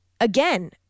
again